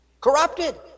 Corrupted